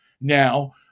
now